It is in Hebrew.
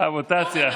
המוטציה.